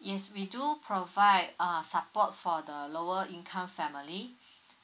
yes we do provide err support for the lower income family